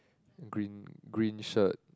green green shirt